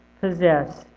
possess